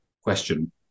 question